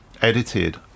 edited